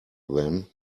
then